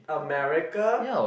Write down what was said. a miracle